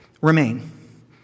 remain